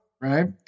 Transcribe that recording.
right